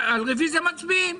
על רביזיה מצביעים.